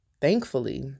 Thankfully